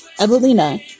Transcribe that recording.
Evelina